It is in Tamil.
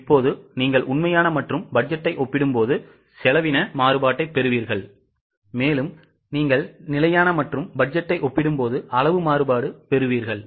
இப்போது நீங்கள் உண்மையான மற்றும் பட்ஜெட்டை ஒப்பிடும்போது செலவின மாறுபாட்டைப் பெறுவீர்கள் நிலையான மற்றும் பட்ஜெட்டை ஒப்பிடும் போது அளவு மாறுபாடு பெறுவீர்கள்